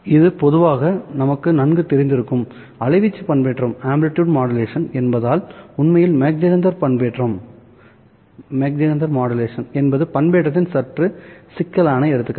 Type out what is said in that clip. இது பொதுவாக நமக்கு நன்கு தெரிந்திருக்கும் அலைவீச்சு பண்பேற்றம் என்பதால் உண்மையில் மாக் ஜெஹெண்டர் பண்பேற்றம் என்பது பண்பேற்றத்தின் சற்று சிக்கலான எடுத்துக்காட்டு